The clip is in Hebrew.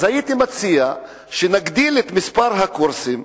אז הייתי מציע שנגדיל את מספר הקורסים,